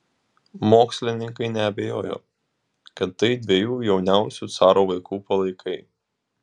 mokslininkai neabejojo kad tai dviejų jauniausių caro vaikų palaikai